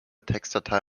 textdatei